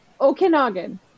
Okanagan